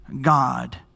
God